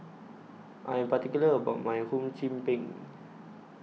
I Am particular about My Hum Chim Peng